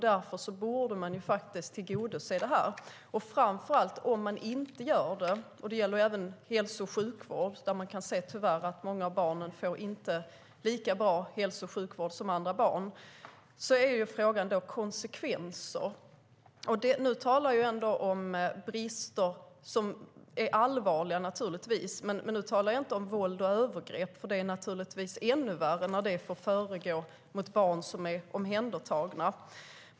Därför borde man faktiskt tillgodose detta - det gäller även hälso och sjukvård. Många av barnen får tyvärr inte lika bra hälso och sjukvård som andra barn - men om man inte gör det är frågan vilka konsekvenser det får. Nu talar jag om brister som är allvarliga, men jag talar inte om våld och övergrepp. Det är naturligtvis ännu värre när det får förekomma mot barn som är omhändertagna.